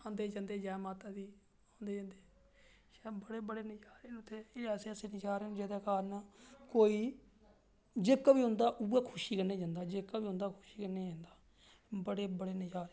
औंदे जंदे जै माता दी औंदे जंदे बड़े बड़े नज़ारे न बड़े बड़े ऐसे ऐसे नज़ारे न जेह्दे कारण असें ई जेह्का बी औंदा उ'ऐ खुशी कन्नै जंदा जेह्का बी औंदा खुशी कन्नै जंदा बड़े बड़े नज़ारे न